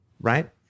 Right